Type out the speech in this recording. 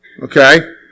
okay